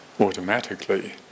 automatically